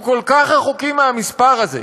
אנחנו כל כך רחוקים מהמספר הזה,